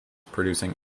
producing